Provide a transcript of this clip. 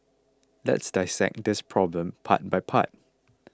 let's dissect this problem part by part